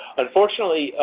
unfortunately,